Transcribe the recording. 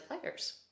Players